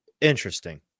Interesting